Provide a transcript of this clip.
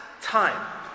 time